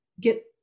get